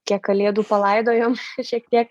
kiek kalėdų palaidojom šiek tiek